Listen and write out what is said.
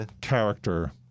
character